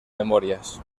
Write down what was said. memorias